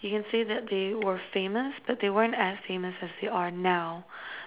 you can say that they were famous but they weren't as famous as they are now